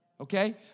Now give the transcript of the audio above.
Okay